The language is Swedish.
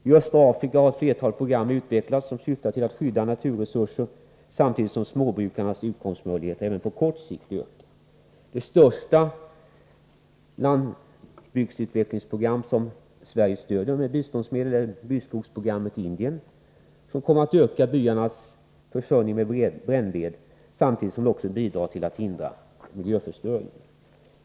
I östra Afrika har ett flertal program utvecklats, som syftar till att skydda naturresurser, samtidigt som småbrukarnas utkomstmöjligheter även på kort sikt ökar. Det största landsbygdsutvecklingsprogram som Sverige stöder med biståndsmedel är byskogsprogrammet i Indien, som kommer att öka byarnas försörjning med brännved samtidigt som det bidrar till att förhindra miljöförstöring.